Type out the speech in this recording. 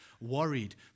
worried